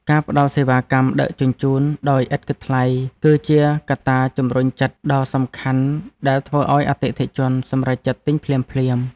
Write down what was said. ការផ្តល់សេវាកម្មដឹកជញ្ជូនដោយឥតគិតថ្លៃ គឺជាកត្តាជំរុញចិត្តដ៏សំខាន់ដែលធ្វើឱ្យអតិថិជនសម្រេចចិត្តទិញភ្លាមៗ។